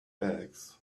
bags